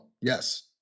Yes